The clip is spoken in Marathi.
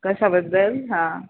कशाबद्दल हां